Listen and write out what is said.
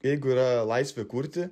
jeigu yra laisvė kurti